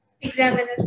Examiner